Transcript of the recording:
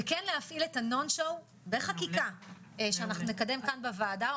וכן להפעיל את ה'נון שואו' בחקיקה שאנחנו נקדם כאן בוועדה,